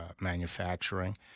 manufacturing